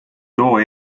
too